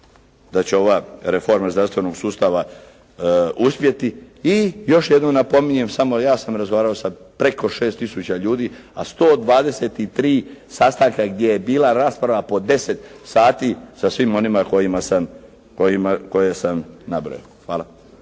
da će ova reforma zdravstvenog sustava uspjeti i još jednom napominjem samo, ja sam razgovaramo sa preko 6 tisuća ljudi, a 123 sastanka gdje je bila rasprava po 10 sati sa svim onima koje sam nabrojao. Hvala.